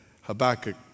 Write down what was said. Habakkuk